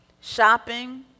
shopping